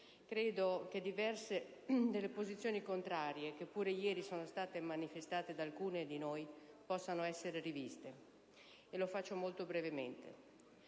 credo che diverse delle posizioni contrarie, che pure ieri sono state manifestate da alcuni di noi, possano essere riviste. Lo faccio molto brevemente.